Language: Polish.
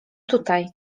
tutaj